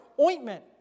ointment